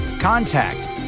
Contact